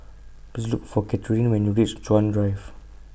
Please Look For Cathrine when YOU REACH Chuan Drive